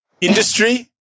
industry